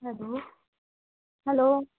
hello hello